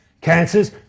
cancers